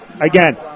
Again